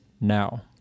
now